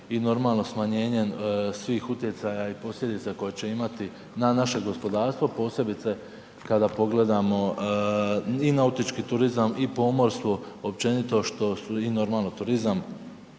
i normalno smanjenjem svih utjecaja i posljedica koje će imati n naše gospodarstvo posebice kada pogledamo i nautički turizam i pomorstvo općenito i normalno turizam,